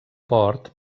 port